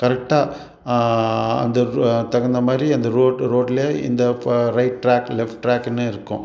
கரெக்டாக அந்த தகுந்த மாதிரி அந்த ரோட் ரோட்டில் இந்த இப்போ ரைட் ட்ராக் லெஃப்ட் ட்ராக்குன்னு இருக்கும்